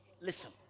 Listen